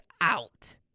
out